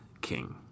King